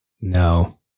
no